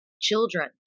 children